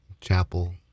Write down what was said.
chapel